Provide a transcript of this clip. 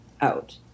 out